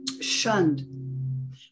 shunned